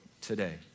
today